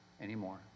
anymore